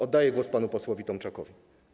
Oddaję głos panu posłowi Tomczakowi.